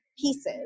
pieces